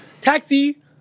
taxi